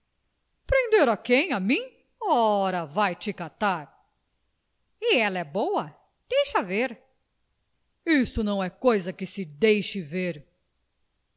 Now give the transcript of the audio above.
a quem a mim ora vai-te catar e ela é boa deixa ver isto não é coisa que se deixe ver